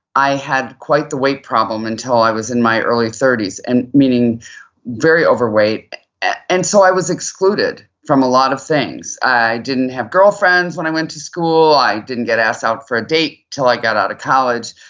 i had quite the weight problem until i was in my early thirty s. and meaning very overweight ah and so i was excluded from a lot of things. i didn't have girlfriends when i went to school, i didn't get asked out for a date until i got out of college.